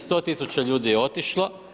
100 tisuća ljudi je otišlo.